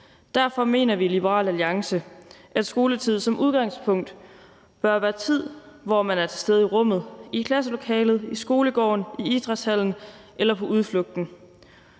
Derfor mener vi i Liberal Alliance, at skoletid som udgangspunkt bør være tid, hvor man er til stede i rummet, i klasselokalet, i skolegården, i idrætshallen eller på udflugten.